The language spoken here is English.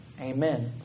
Amen